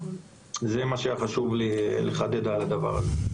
זה מה שהיה חשוב לי לחדד על הדבר הזה.